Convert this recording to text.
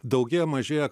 daugėja mažėja